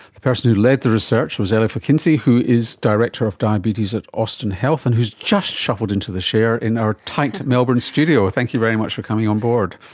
the person who led the research was elif ekinci who is director of diabetes at austin health and has just shuffled into the chair in our tight melbourne studio. thank you very much for coming on board.